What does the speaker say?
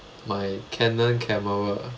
my canon camera